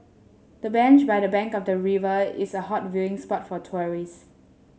the bench by the bank of the river is a hot viewing spot for tourists